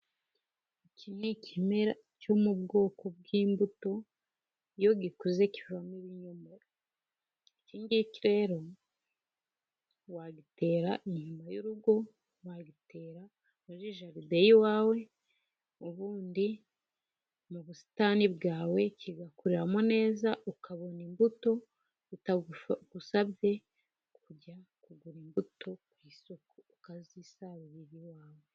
Iki ni ikimera cyo mu bwoko bw'imbuto, iyo gikuze kivamo ibinyomo. Iki ngiki rero, wagitera inyuma y'urugo, wagitera muri jaride y'iwawe, ubundi mu busitani bwawe, kigakuriramo neza, ukabona imbuto bitagusabye kujya kugura imbuto ku isoko, ukazisarurira iwawe.